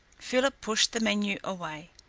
philip pushed the menu away.